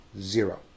zero